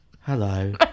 Hello